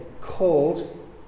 called